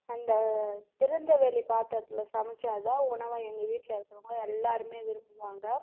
அந்த திறந்தவெளி பாத்திரத்துல சமைச்சால் தான் உணவை எங்கள் வீட்டில இருக்குறவங்க எல்லாருமே விரும்புவாங்க